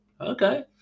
okay